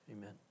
amen